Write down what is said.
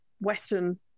Western